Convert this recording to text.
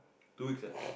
two weeks ah